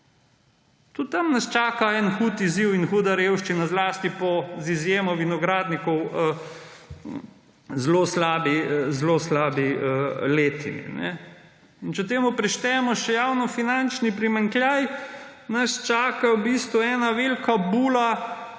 Tudi tam nas čaka en hud izziv in huda revščina, zlasti po – z izjemo vinogradnikov – zelo slabi letini. In če temu prištejemo še javnofinančni primanjkljaj, nas čaka v bistvu ena velika bula,